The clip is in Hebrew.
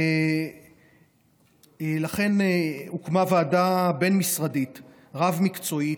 ולכן הוקמה ועדה בין-משרדית רב-מקצועית,